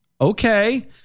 Okay